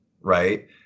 right